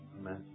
Amen